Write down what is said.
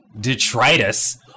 detritus